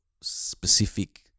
specific